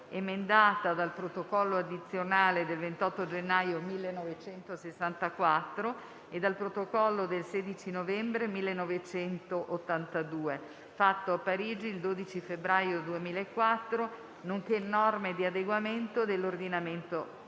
emendata dal Protocollo addizionale del 28 gennaio 1964 e dal Protocollo del 16 novembre 1982, fatto a Parigi il 12 febbraio 2004, nonché norme di adeguamento dell'ordinamento